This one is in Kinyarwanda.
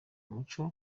umuco